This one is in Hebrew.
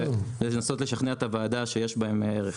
ונמשיך לנסות לשכנע את הוועדה שיש בהם ערך.